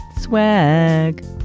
swag